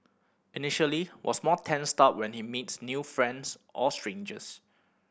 initially was more tensed up when he meets new friends or strangers